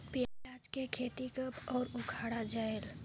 पियाज के खेती कब अउ उखाड़ा जायेल?